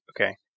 Okay